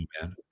man